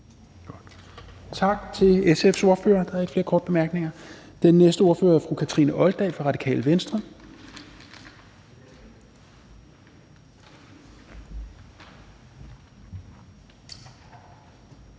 Tak til SF's ordfører. Der er ikke flere korte bemærkninger. Den næste ordfører er fru Kathrine Olldag fra Radikale Venstre.